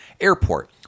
airport